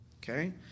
Okay